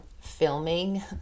filming